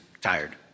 tired